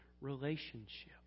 relationship